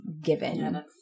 given